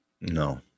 No